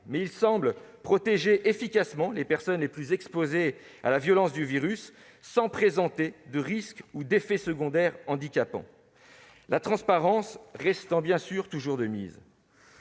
mais ils semblent protéger efficacement les personnes les plus exposées à la violence du virus, sans présenter de risques ou d'effets secondaires handicapants. La transparence doit bien sûr toujours rester